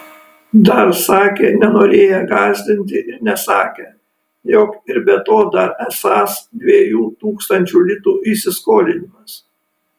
dar sakė nenorėję gąsdinti ir nesakę jog ir be to dar esąs dviejų tūkstančių litų įsiskolinimas